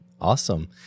Awesome